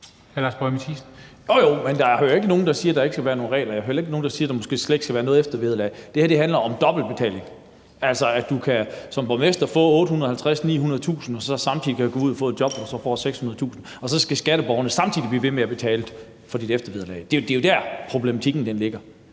nogen sige, at der ikke skal være nogen regler, og jeg hører heller ikke nogen sige, at der måske slet ikke skal være noget eftervederlag. Det her handler om dobbeltbetaling, altså at du som borgmester kan få 850.000-900.000 kr. og samtidig kan gå ud og få et job, hvor du så får 600.000 kr., og så skal skatteborgerne samtidig blive ved med at betale for dit eftervederlag. Det er jo der, problematikken ligger.